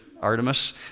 artemis